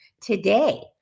today